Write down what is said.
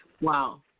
Wow